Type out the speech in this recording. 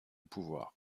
pouvoir